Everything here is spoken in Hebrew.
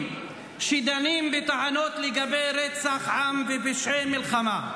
שדנים בטענות לגבי רצח עם ופשעי מלחמה.